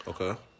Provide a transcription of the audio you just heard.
Okay